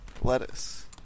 Lettuce